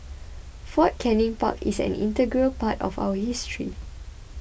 Fort Canning Park is an integral part of our history